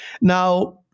Now